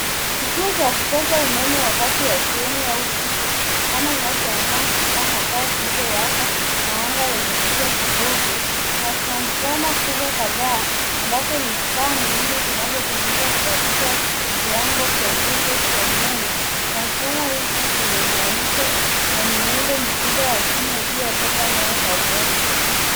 Kituo cha kupoza umeme wakati wa jioni au usiku kama inavyoonekana kutokana na taa zilizowaka na anga yenye giza kidogo. Kuna transfoma kubwa kadhaa ambazo ni vifaa muhimu vinavyotumika kubadilisha viwango vya voltage ya umeme. Transfoma hizi zimeunganishwa na miundo mikubwa ya chuma iliyobeba nyaya za umeme.